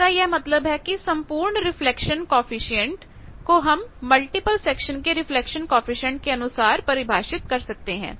इसका यह मतलब है कि संपूर्ण रिफ्लेक्शन कॉएफिशिएंट को हम मल्टीपल सेक्शन के रिफ्लेक्शन कॉएफिशिएंट के अनुसार परिभाषित कर सकते हैं